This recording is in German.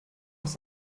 auch